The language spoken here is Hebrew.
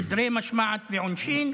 סדרי משמעת ועונשין,